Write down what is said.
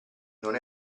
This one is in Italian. non